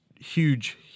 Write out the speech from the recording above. huge